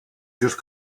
just